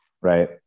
right